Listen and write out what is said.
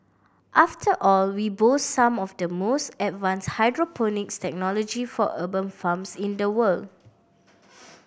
after all we boast some of the most advanced hydroponics technology for urban farms in the world